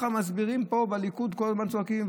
כך מסבירים פה בליכוד, כל הזמן צועקים.